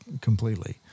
completely